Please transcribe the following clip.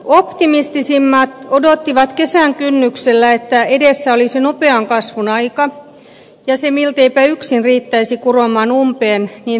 optimistisimmat odottivat kesän kynnyksellä että edessä olisi nopean kasvun aika ja se milteipä yksin riittäisi kuromaan umpeen niin sanotun kestävyysvajeen